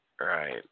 Right